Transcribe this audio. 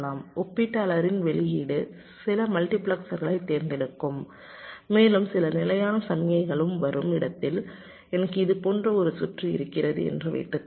ஒப்பீட்டாளரின் வெளியீடு சில மல்டிபிளெக்சர்களைத் தேர்ந்தெடுக்கும் மேலும் சில நிலையான சமிக்ஞைகளும் வரும் இடத்தில் எனக்கு இது போன்ற ஒரு சுற்று இருக்கிறது என்று வைத்துக்கொள்வோம்